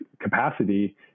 capacity